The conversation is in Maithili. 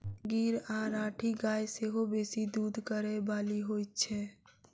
गीर आ राठी गाय सेहो बेसी दूध करय बाली होइत छै